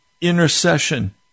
intercession